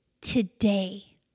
today